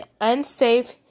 unsafe